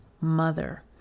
mother